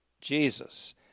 Jesus